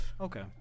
Okay